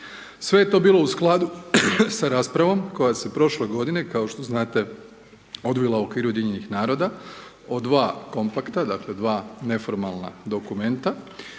Sve je to bilo u skladu sa raspravom koja se prošle godine, kao što znate, odvila u okviru UN-a od dva kompakta, dakle, dva neformalna dokumenta,